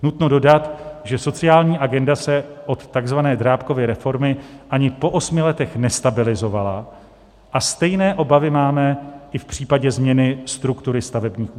Nutno dodat, že sociální agenda se od takzvané Drábkovy reformy ani po osmi letech nestabilizovala, a stejné obavy máme i v případě změny struktury stavebních úřadů.